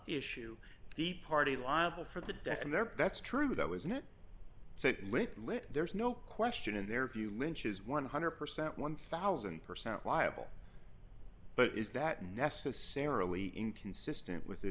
issue the party liable for the deaf and their that's true that was in it so late lit there's no question in their view lynch is one hundred percent one thousand percent liable but is that necessarily inconsistent with the